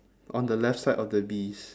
on the left side of the bees